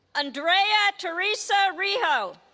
andrea theresa rijo